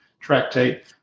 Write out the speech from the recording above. tractate